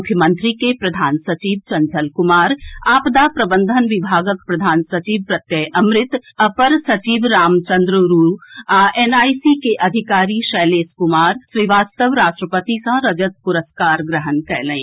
मुख्यमंत्री के प्रधान सचिव चंचल कुमार आपदा प्रबंधन विभागक प्रधान सचिव प्रत्यय अमृत अपर सचिव रामचंद्रुडू आ एनआईसी के अधिकारी शैलेश कुमार श्रीवास्तव राष्ट्रपति सॅ रजत पुरस्कार ग्रहण कयलनि